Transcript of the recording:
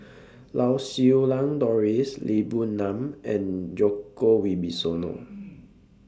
Lau Siew Lang Doris Lee Boon Ngan and Djoko Wibisono